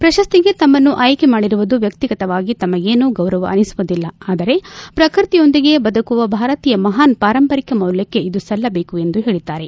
ಪ್ರಶಸ್ತಿಗೆ ತಮ್ಮನ್ನು ಆಯ್ಕೆ ಮಾಡಿರುವುದು ವ್ಯಕ್ತಿಗತವಾಗಿ ತಮಗೇನೂ ಗೌರವ ಅನಿಸುವುದಿಲ್ಲ ಆದರೆ ಪ್ರಕೃತಿಯೊಂದಿಗೆ ಬದುಕುವ ಭಾರತೀಯ ಮಹಾನ್ ಪಾರಂಪರಿಕ ಮೌಲ್ಯಕ್ಕೆ ಇದು ಸಲ್ಲಬೇಕು ಎಂದು ಹೇಳಿದ್ದಾರೆ